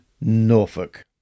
Norfolk